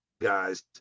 guys